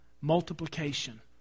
multiplication